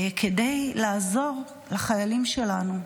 כדי לעזור לחיילים שלנו.